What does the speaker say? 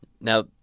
Now